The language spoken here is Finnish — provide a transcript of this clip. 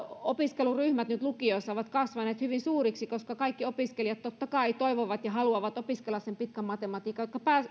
opiskeluryhmät nyt lukioissa ovat kasvaneet hyvin suuriksi koska kaikki opiskelijat totta kai toivovat ja haluavat opiskella sen pitkän matematiikan